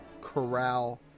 corral